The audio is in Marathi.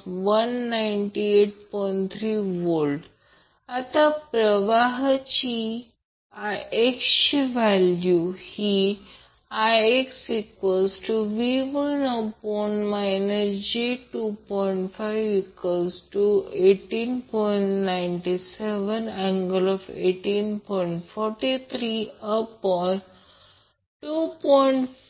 3°V आता प्रवाह Ix ची व्हॅल्यू IxV1